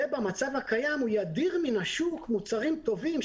ובמצב הקיים הוא ידיר מן השוק מוצרים טובים,